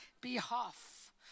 behalf